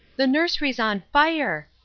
the nursery's on fire!